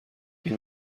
این